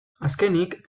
azkenik